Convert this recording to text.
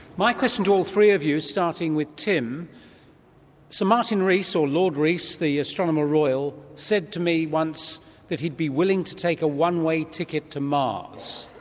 my question to all three of you, starting with tim sir martin rees or lord rees the astronomer royal said to me once that he'd be willing to take a one-way ticket to mars.